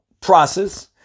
process